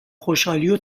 خوشحالیو